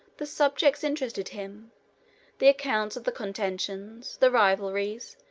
the subjects interested him the accounts of the contentions, the rivalries,